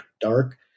dark